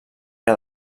que